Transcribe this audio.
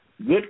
Good